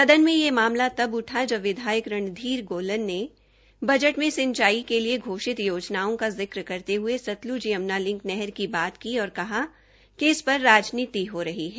सदन में यह मामला तब उठा जब विधायक रणधीर गोलन ने बजट में सिंचाई के लिए घोषित योजनाओं का जिक्र करते हये सतल्ज यम्ना लिंक नहर की बात की और कहा कि इस पर राजनीति हो रही है